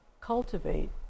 cultivate